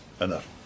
Enough